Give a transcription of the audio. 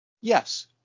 yes